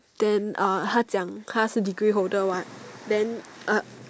then uh 她讲她是 degree holder what then uh